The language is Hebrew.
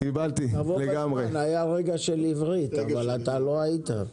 היה רגע של עברית אבל אתה לא היית.